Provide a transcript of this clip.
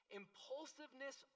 impulsiveness